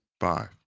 Five